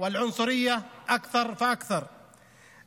אשר גרמה נזק לערביי הנגב,